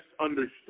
understood